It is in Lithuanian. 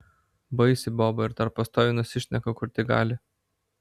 baisi boba ir dar pastoviai nusišneka kur tik gali